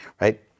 right